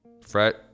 fret